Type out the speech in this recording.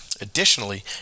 Additionally